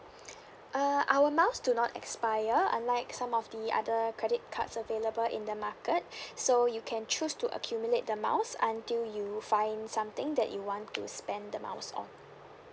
uh our miles do not expire unlike some of the other credit cards available in the market so you can choose to accumulate the miles until you find something that you want to spend the miles on